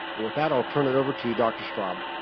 with that i'll turn it over to dr. straub.